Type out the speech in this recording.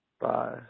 bye